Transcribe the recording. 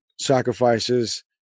sacrifices